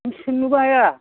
नों सोंनोबो हाया